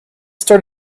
start